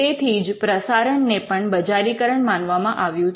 તેથી જ પ્રસારણ ને પણ બજારીકરણ માનવામાં આવ્યું છે